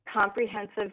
comprehensive